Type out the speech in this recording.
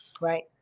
right